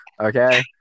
okay